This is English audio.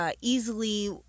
easily